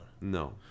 No